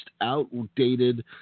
outdated